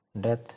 Death